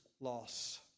loss